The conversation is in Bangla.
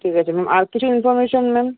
ঠিক আছে ম্যাম আর কিছু ইনফর্মেশন ম্যাম